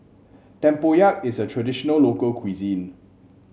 tempoyak is a traditional local cuisine